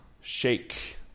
shake